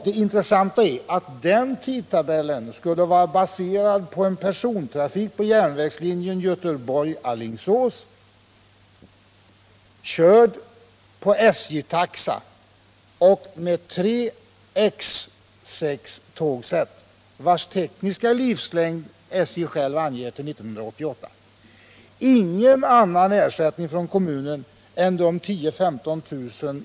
Det intressanta är att den tidtabellen skulle vara baserad på en persontrafik på järnvägslinjen Göteborg-Alingsås, körd på SJ-taxa och med tre X6-tågsätt, vilkas tekniska livslängd SJ själv angivit till 1988. Ingen annan ersättning från kommunen än 10 000-15 000 kr.